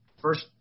first